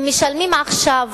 הם משלמים עכשיו